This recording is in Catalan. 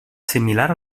similar